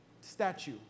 statue